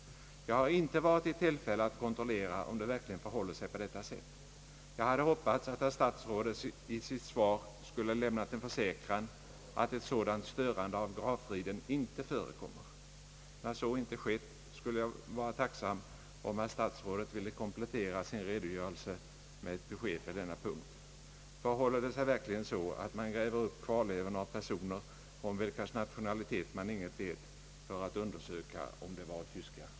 Jag har inte varit i tillfälle att kontrollera om det verkligen förhåller sig på detta sätt. Jag hade hoppats attt herr statsrådet i sitt svar skulle lämna en försäkran att ett sådant störande av gravfriden inte förekommer. När så inte skett skulle jag vara tacksam om herr statsrådet ville komplettera sin redogörelse med ett besked på denna punkt. Förhåller det sig verkligen så att man gräver upp kvarlevorna av personer, om vilkas nationalitet man inget vet, för att undersöka om de varit tyskar?